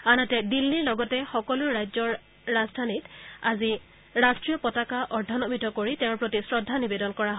আনহাতে দিন্নীৰ লগতে সকলো ৰাজ্যৰ ৰাজধানীত আজি ৰাষ্টীয় পতাকা অৰ্ধনমিত কৰি তেওঁৰ প্ৰতি শ্ৰদ্ধা নিবেদন কৰা হয়